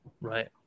right